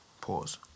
Pause